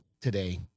today